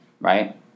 right